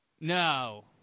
no